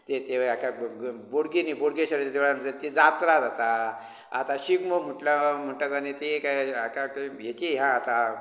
तें तें हेका बोडगिनी बोडगेश्वराच्या देवळान जात्रा जात्रा आतां शिगमो म्हटलो म्हणटोकनी ती कांय भिकी ह्या आता